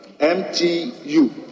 MTU